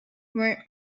were